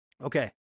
Okay